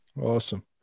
Awesome